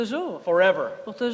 Forever